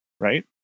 right